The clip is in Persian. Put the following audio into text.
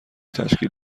تشکیل